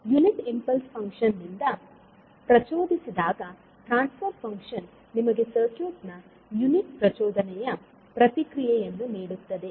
unit impulse function ನಿಂದ ಪ್ರಚೋದಿಸಿದಾಗ transfer function ನಿಮಗೆ ಸರ್ಕ್ಯೂಟ್ ನ ಯುನಿಟ್ ಪ್ರಚೋದನೆಯ ಪ್ರತಿಕ್ರಿಯೆಯನ್ನು ನೀಡುತ್ತದೆ